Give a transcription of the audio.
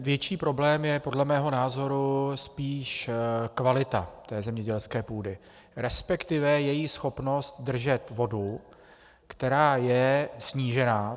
Větší problém je podle mého názoru spíš kvalita zemědělské půdy, resp. její schopnost držet vodu, která je snížená.